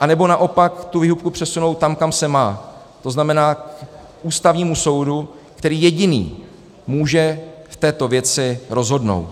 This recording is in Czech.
anebo naopak výhybku přesunout tam, kam se má, to znamená k Ústavnímu soudu, který jediný může v této věci rozhodnout.